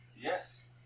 Yes